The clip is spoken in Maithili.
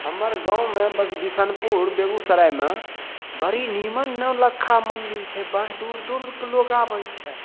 हमर गाममे बस बिसनपुर बेगूसरायमे बड़ी निम्मन नौलक्खा मन्दिर छै बड़ दूर दूरके लोक आबै छै